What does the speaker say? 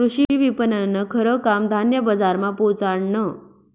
कृषी विपणननं खरं काम धान्य बजारमा पोचाडनं